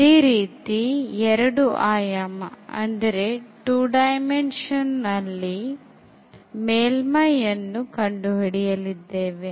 ಅದೇ ರೀತಿ ಎರಡು ಆಯಾಮದಲ್ಲಿ ಮೇಲ್ಮೈಯನ್ನು ಕಂಡುಹಿಡಿಯಲಿದ್ದೇವೆ